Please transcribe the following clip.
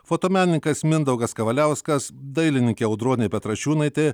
fotomenininkas mindaugas kavaliauskas dailininkė audronė petrašiūnaitė